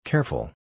Careful